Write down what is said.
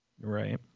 Right